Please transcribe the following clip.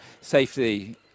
safety